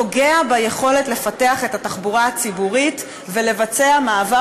פוגע ביכולת לפתח את התחבורה הציבורית ולבצע מעבר